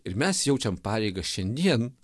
ir mes jaučiam pareigą šiandien